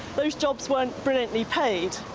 those jobs weren't brilliantly paid,